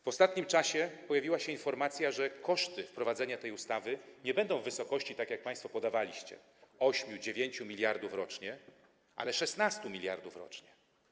W ostatnim czasie pojawiła się informacja, że koszty wprowadzenia tej ustawy nie będą w wysokości, tak jak państwo podawaliście, 8–9 mld rocznie, ale 16 mld rocznie.